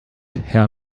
herr